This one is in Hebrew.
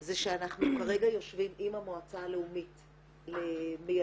זה שאנחנו כרגע יושבים עם המועצה הלאומית למיילדות,